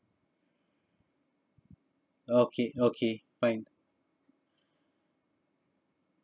okay okay fine